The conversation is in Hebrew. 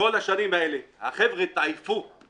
אחרי כל השנים האלה החבר'ה התעייפו.